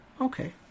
Okay